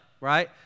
right